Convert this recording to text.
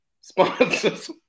Sponsors